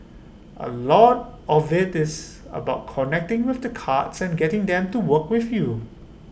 A lot of IT is about connecting with the cards and getting them to work with you